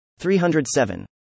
307